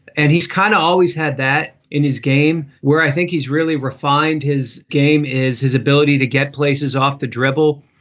and he's kind of always had that in his game where i think he's really refined. his game is his ability to get places off the dribble,